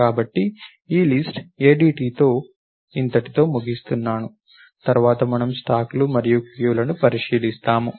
కాబట్టి ఈ లిస్ట్ ADTతో ఇంతటితో ముగిస్తున్నాను తర్వాత మనం స్టాక్లు మరియు క్యూలను పరిశీలిస్తాము